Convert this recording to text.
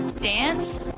dance